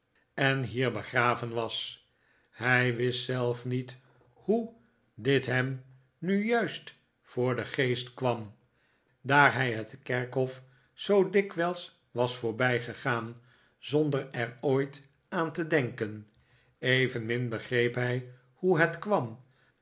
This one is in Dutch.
en hier begraven was hij wist zelf niet hoe dit hem nu juist voor den geest kwam daar hij het kerkhof zoo dikwijls was voorbij gegaan zonder er ooit aan te denken evenmin begreep hij hoe het kwam